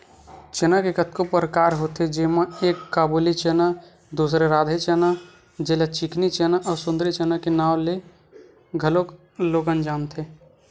चना के कतको परकार होथे जेमा एक काबुली चना, दूसर राधे चना जेला चिकनी चना अउ सुंदरी चना के नांव ले घलोक लोगन जानथे